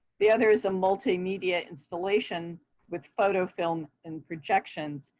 the other is a multi-media installation with photo film and projections.